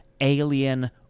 alien